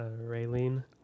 Raylene